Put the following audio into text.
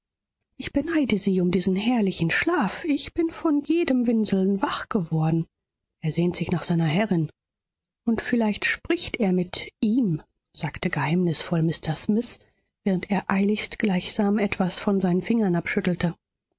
ich beneide sie um diesen herrlichen schlaf ich bin von jedem winseln wach geworden er sehnt sich nach seiner herrin und vielleicht spricht er mit ihm sagte geheimnisvoll mr smith während er eiligst gleichsam etwas von seinen fingern abschüttelte